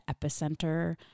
epicenter